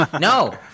No